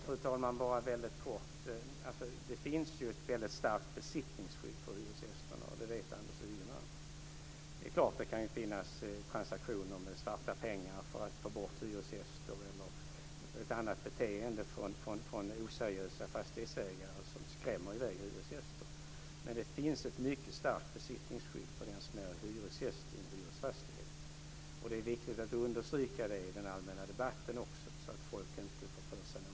Fru talman! Det finns ett väldigt starkt besittningsskydd för hyresgästerna, och det vet Anders Ygeman. Det är klart att det kan finnas transaktioner med svarta pengar för att få bort hyresgäster eller något annat beteende från oseriösa fastighetsägare som skrämmer i väg hyresgäster. Men det finns ett mycket starkt besittningsskydd för den som är hyresgäst i en hyresfastighet. Det är viktigt att understryka det i den allmänna debatten också, så att folk inte får för sig något annat.